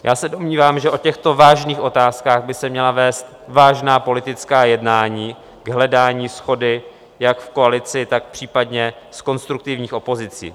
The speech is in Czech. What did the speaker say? Já se domnívám, že o těchto vážných otázkách by se měla vést vážná politická jednání k hledání shody jak v koalici, tak případně s konstruktivní opozicí.